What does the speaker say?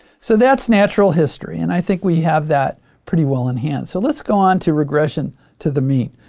so that's natural history and i think we have that pretty well in hand. so let's go on to regression to the mean.